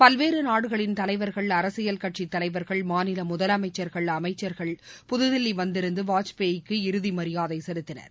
பல்வேறு நாடுகளின் தலைவர்கள் அரசியல் கட்சித் தலைவர்கள் மாநில முதலமைச்சர்கள் அமைச்சர்கள் புதுதில்லி வந்திருந்து வாஜ்பாய்க்கு இறுதி மரியாதை செலுத்தினர்